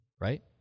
right